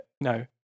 no